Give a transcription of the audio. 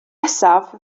nesaf